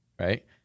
right